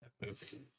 movie